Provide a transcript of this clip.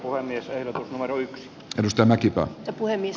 voimistelu ja varoitti torstaina kipakka puhemies